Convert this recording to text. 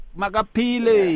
magapile